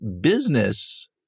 business